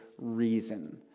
reason